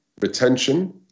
retention